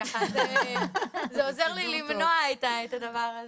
ככה זה עוזר לי למנוע את הדבר הזה.